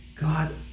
God